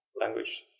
language